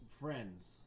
friends